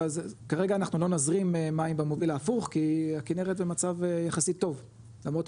אבל כרגע אנחנו לא נזרים מים במוביל ההפוך כי הכנרת במצב יחסית טוב,